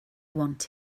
want